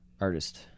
artist